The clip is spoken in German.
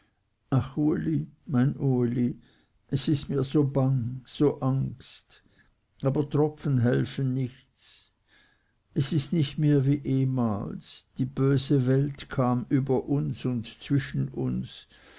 es ist mir so bang so angst aber tropfen helfen nichts es ist nicht mehr wie ehemals die böse welt kam über uns und zwischen uns